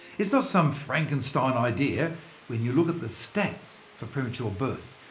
it's not some frankenstein idea when you look at the stats for premature births,